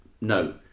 no